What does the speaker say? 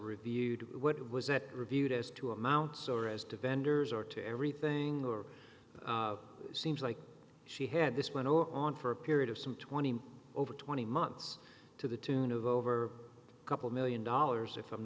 reviewed what was that reviewed as to amounts or as to vendors or to everything or seems like she had this went on for a period of some twenty over twenty months to the tune of over a couple million dollars if i'm